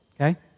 okay